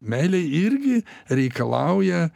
meilė irgi reikalauja